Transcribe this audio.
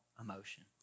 emotion